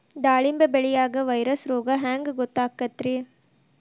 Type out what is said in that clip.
ದಾಳಿಂಬಿ ಬೆಳಿಯಾಗ ವೈರಸ್ ರೋಗ ಹ್ಯಾಂಗ ಗೊತ್ತಾಕ್ಕತ್ರೇ?